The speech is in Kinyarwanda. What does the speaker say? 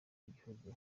igihugu